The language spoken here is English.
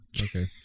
Okay